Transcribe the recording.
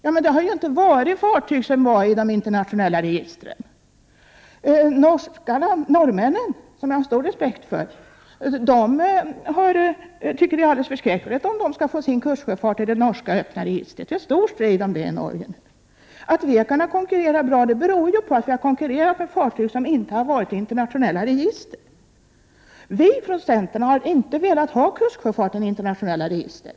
Ja, men det har ju inte varit fråga om fartyg som funnits i de internationella registren. Norrmännen, som jag har stor respekt för, tycker att det är alldeles förskräckligt om de skall ha sin kustsjöfart i ett öppet norskt register. Det är stor strid om detta i Norge nu. Att vi har kunnat konkurrera bra beror på att vi har konkurrerat med fartyg som inte har funnits med i internationella register. Vi från centern har inte velat ha kustsjöfarten i ett internationellt register.